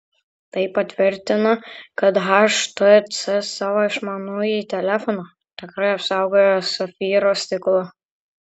tai patvirtina kad htc savo išmanųjį telefoną tikrai apsaugojo safyro stiklu